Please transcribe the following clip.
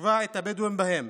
יישבה את הבדואים בהם?